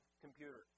computer